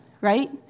right